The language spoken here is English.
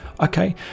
Okay